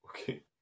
Okay